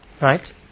Right